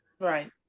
Right